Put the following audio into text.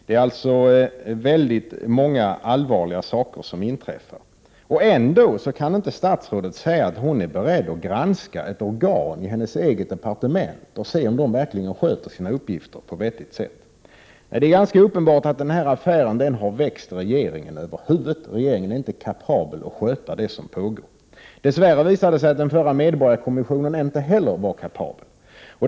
Det är alltså väldigt många allvarliga händelser som inträffar. Ändå kan inte statsrådet säga att hon är beredd att granska ett organ i sitt eget departement för att se om man verkligen sköter sina uppgifter på ett vettigt sätt. Det är ganska uppenbart att den här affären har växt regeringen över huvudet. Regeringen är inte kapabel att sköta det som pågår. Dess värre visar det sig att den förra medborgarkommissionen inte heller var kapabel.